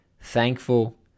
thankful